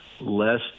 less